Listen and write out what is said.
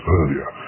earlier